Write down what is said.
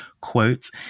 quote